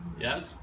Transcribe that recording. yes